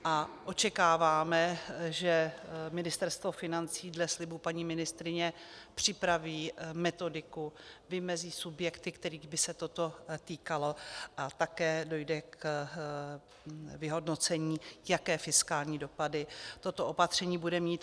A očekáváme, že Ministerstvo financí dle slibu paní ministryně připraví metodiku, vymezí subjekty, kterých by se toto týkalo, a také že dojde k vyhodnocení, jaké fiskální dopady toto opatření bude mít.